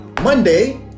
Monday